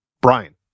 Brian